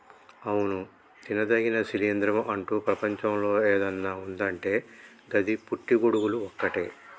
అవును తినదగిన శిలీంద్రం అంటు ప్రపంచంలో ఏదన్న ఉన్నదంటే గది పుట్టి గొడుగులు ఒక్కటే